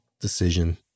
decision